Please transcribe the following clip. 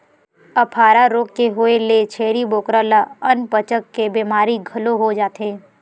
अफारा रोग के होए ले छेरी बोकरा ल अनपचक के बेमारी घलो हो जाथे